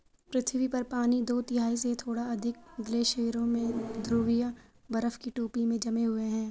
पृथ्वी पर पानी दो तिहाई से थोड़ा अधिक ग्लेशियरों और ध्रुवीय बर्फ की टोपी में जमे हुए है